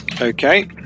Okay